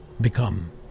become